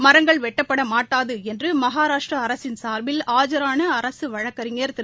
மரங்கள் வெட்டப்பட மாட்டாது என்று மகாராஷ்டிரா அரசின் சா்பில் ஆஜான அரசு வழக்கறிஞா் திரு